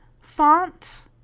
font